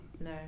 No